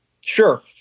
Sure